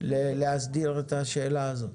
להסדיר את השאלה הזאת?